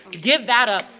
give that up,